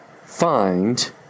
find